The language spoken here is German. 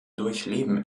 durchleben